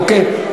אוקיי?